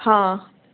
हा